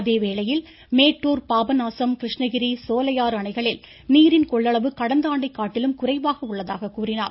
அதேவேளையில் மேட்டூர் பாபநாசம் கிருஷ்ணகிரி சோலையாறு அணைகளில் நீரின் கொள்ளளவு கடந்த ஆண்டை காட்டிலும் குறைவாக உள்ளதாக கூறினார்